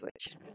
switch